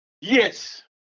Yes